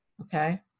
okay